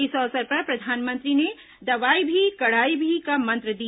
इस अवसर पर प्रधानमंत्री ने दवाई भी कड़ाई भी का मंत्र दिया